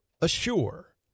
assure